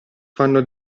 fanno